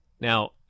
Now